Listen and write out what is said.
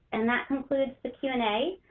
and that concludes the q and a.